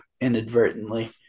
inadvertently